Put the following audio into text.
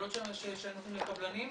ההקלות שנותנים לקבלנים,